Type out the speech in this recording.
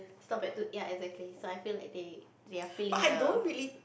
stop at two ya exactly so I feel like they they are feeling the